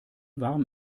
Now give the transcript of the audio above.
warm